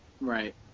Right